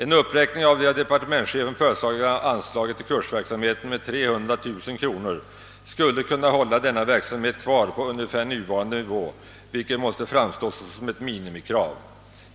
En uppräkning av det av departementschefen föreslagna anslaget till kursverksamheten med 300 000 kronor skulle kunna hålla denna verksamhet kvar på ungefär nuvarande nivå, vilket måste framstå som ett minimikrav.